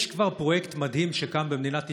יש כבר פרויקט מדהים שקם במדינת ישראל,